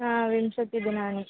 हा विंशतिदिनानि